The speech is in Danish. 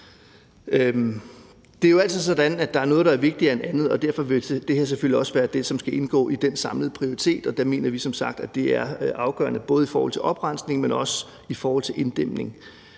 Det er jo altid sådan, at der er noget, der er vigtigere end andet, og derfor vil det her selvfølgelig også være det, som skal indgå i den samlede prioritering, og der mener vi som sagt, at det er afgørende både i forhold til oprensning, men også i forhold til inddæmning.